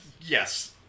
Yes